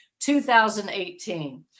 2018